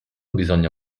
bisogna